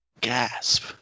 gasp